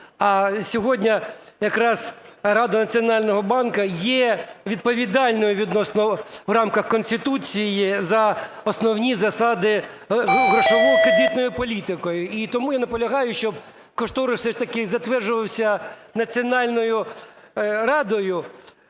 А сьогодні якраз Рада Національного банку є відповідальною відносно в рамках Конституції за основні засади грошово-кредитної політики. І тому я наполягаю, щоб кошторис все ж таки затверджувався Радою Національного